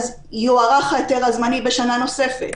יוארך ההיתר הזמני בשנה נוספת,